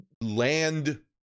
land